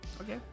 Okay